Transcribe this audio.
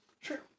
Sure